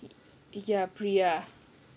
ya priya